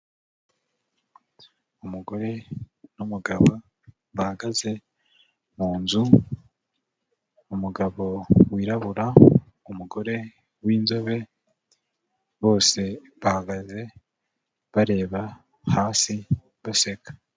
Umugore n'umugabo bahagaze mu nzu, umugabo wirabura umugore w'inzobe, bose bahagaze bareba hasi baseka.